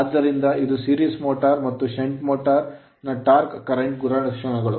ಆದ್ದರಿಂದ ಇದು series motor ಸರಣಿ ಮೋಟರ್ ಮತ್ತು shunt motor ಷಂಟ್ ಮೋಟರ್ ನ torque ಟಾರ್ಕ್ current ಕರೆಂಟ್ ಗುಣಲಕ್ಷಣಗಳು